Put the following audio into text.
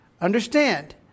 Understand